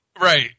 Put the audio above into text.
right